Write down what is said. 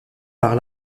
par